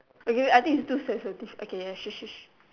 okay I think is too sensitive okay ya sure sure sure